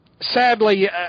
Sadly